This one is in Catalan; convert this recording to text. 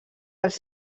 els